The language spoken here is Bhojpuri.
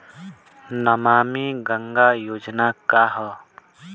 नमामि गंगा योजना का ह?